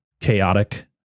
chaotic